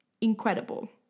Incredible